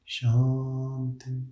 Shanti